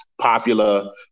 popular